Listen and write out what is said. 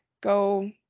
go